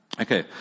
Okay